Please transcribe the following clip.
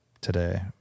today